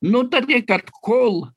nutarė kad kol